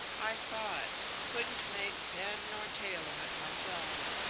i saw it couldn't make head nor tail of it, myself.